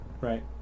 right